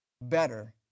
better